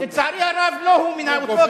לצערי הרב לא הוא מינה אותו,